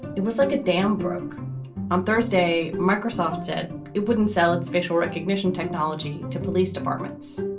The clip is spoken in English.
it was like a dam broke on thursday. microsoft said it wouldn't sell its visual recognition technology to police departments